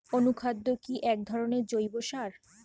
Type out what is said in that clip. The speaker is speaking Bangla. অনুখাদ্য কি এক ধরনের জৈব সার?